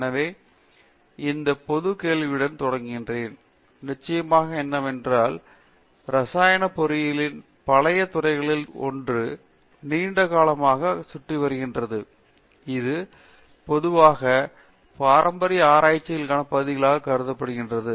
எனவே இந்த பொது கேள்வியுடன் தொடங்குகிறேன் நிச்சயமாக என்னவென்றால் இரசாயன பொறியியலின் பழைய துறைகளில் ஒன்று நீண்ட காலமாக சுற்றி வருகிறது இது பொதுவாக பாரம்பரிய ஆராய்ச்சிக்கான பகுதியாக கருதப்படுகிறது